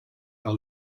par